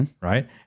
right